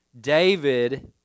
David